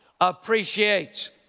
appreciates